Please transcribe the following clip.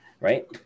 right